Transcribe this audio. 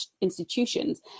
institutions